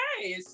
Okay